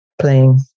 playing